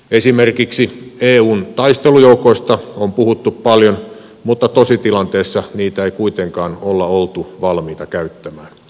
esimerkiksi eun taistelujoukoista on puhuttu paljon mutta tositilanteessa niitä ei kuitenkaan olla oltu valmiita käyttämään